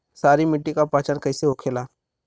सारी मिट्टी का पहचान कैसे होखेला?